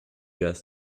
gas